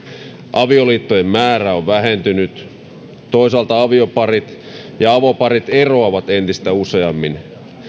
avioliittojen määrä on vähentynyt toisaalta avioparit ja avoparit eroavat entistä useammin